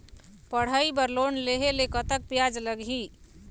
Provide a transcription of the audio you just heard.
पढ़ई बर लोन लेहे ले कतक ब्याज लगही?